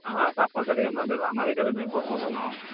ఆ తప్పనిసరిగా అమ్మా మీరు రావాలి అనే కదా మేము కోరుకుంటున్నాం